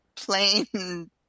Plain